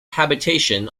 habitation